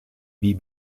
wie